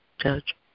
judge